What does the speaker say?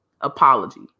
apology